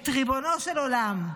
את ריבונו של עולם.